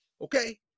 Okay